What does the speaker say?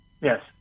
Yes